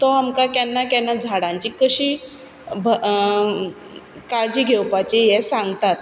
तो आमकां केन्ना केन्ना झाडांची कशी काळजी घेवपाची हें सांगता